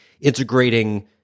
integrating